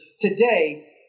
today